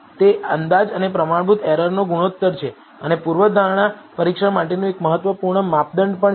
તે અંદાજ અને પ્રમાણભૂત એરરનો ગુણોત્તર છે અને તે પૂર્વધારણા પરીક્ષણ માટેનું એક મહત્વપૂર્ણ માપદંડ પણ છે